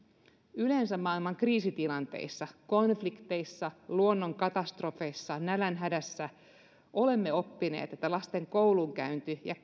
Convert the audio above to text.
yleensä maailman kriisitilanteissa konflikteissa luonnonkatastrofeissa nälänhädässä olemme oppineet että lasten koulunkäynti ja